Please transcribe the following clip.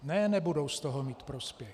Ne, nebudou z toho mít prospěch.